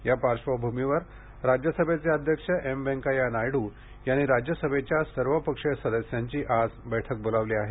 या पार्श्वभूमीवर राज्य सभेचे अध्यक्ष व्यंकय्या नायडू यांनी राज्यसभेच्या सर्वपक्षीय सदस्यांची आज बैठक बोलावली आहे